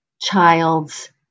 child's